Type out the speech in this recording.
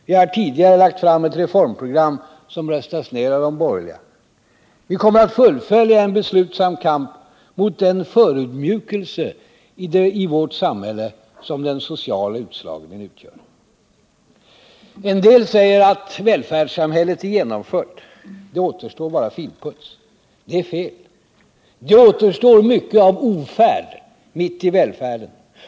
Vi har tidigare lagt fram ett reformprogram som röstades ner av de borgerliga. Vi kommer att fullfölja en beslutsam kamp mot den förödmjukelse i vårt samhälle som den sociala utslagningen utgör. En del säger att välfärdssamhället är genomfört, det återstår bara tinputs. Det är fel. Det återstår mycket av ofärd mitt i välfärden.